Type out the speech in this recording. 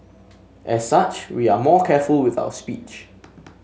as such we are more careful with our speech